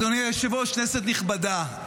אדוני היושב-ראש, כנסת נכבדה,